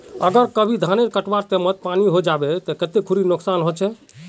अगर कभी धानेर कटवार टैमोत पानी है जहा ते कते खुरी नुकसान होचए?